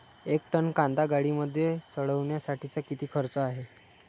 एक टन कांदा गाडीमध्ये चढवण्यासाठीचा किती खर्च आहे?